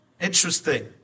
Interesting